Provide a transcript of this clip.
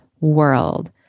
world